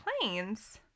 planes